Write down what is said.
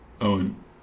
Owen